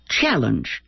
Challenged